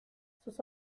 sus